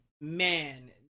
Man